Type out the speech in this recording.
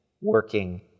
working